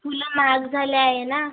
फुलं महाग झाले आहे ना